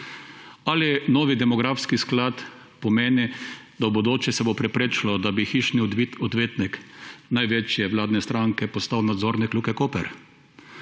Ali novi demografski sklad pomeni, da se bo v bodoče preprečilo, da bi hišni odvetnik največje vladne stranke postal nadzornik Luke Koper?